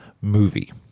movie